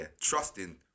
trusting